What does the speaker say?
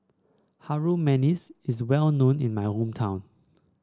Harum Manis is well known in my hometown